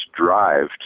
drive